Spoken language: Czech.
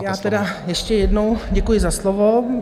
Já tedy ještě jednou děkuji za slovo.